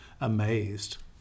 amazed